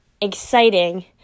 exciting